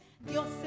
dios